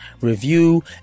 review